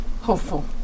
Hopeful